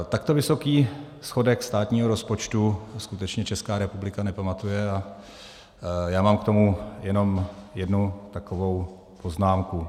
Takto vysoký schodek státního rozpočtu skutečně Česká republika nepamatuje a já mám k tomu jenom jednu takovou poznámku.